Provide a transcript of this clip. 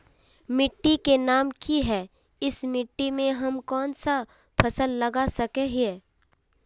मिट्टी के नाम की है इस मिट्टी में हम कोन सा फसल लगा सके हिय?